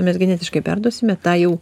mes genetiškai perduosime tą jau